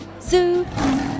Zoo